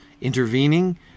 intervening